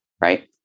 right